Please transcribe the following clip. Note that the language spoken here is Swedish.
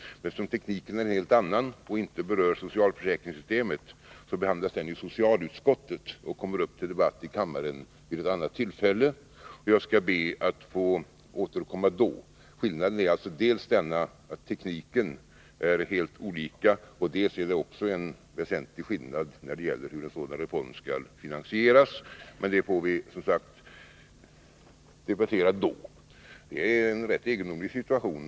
Men eftersom den teknik som där föreslås är en helt annan och inte berör socialförsäkringssystemet behandlas den motionen i socialutskottet och kommer upp till debatt i kammaren vid ett annat tillfälle. Jag skall be att få återkomma då. Skillnaden är dels att tekniken är en helt annan, dels att den finansiering som föreslås är en helt annan. Men det får vi som sagt debattera då. Det är en rätt egendomlig situation.